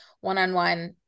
one-on-one